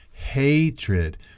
hatred